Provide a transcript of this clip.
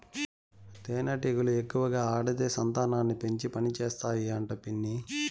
తేనెటీగలు ఎక్కువగా ఆడదే సంతానాన్ని పెంచి పనిచేస్తాయి అంట పిన్ని